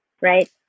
right